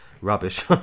rubbish